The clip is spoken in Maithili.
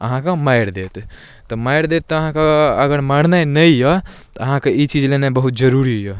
अहाँके मारि देत तऽ मारि देत तऽ अहाँके अगर मरनाइ नहि अइ तऽ अहाँके ई चीज लेनाइ बहुत जरूरी अइ